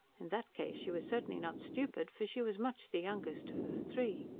in that case she was certainly not stupid for she was much the youngest of the three.